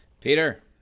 Peter